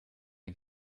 ein